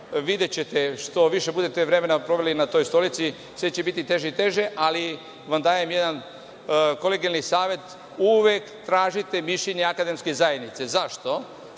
Videćete, što više budete vremena proveli na toj stolici, sve će biti teže i teže, ali vam dajem jedan kolegijalni savet, uvek tražite mišljenje akademske zajednice. Zašto?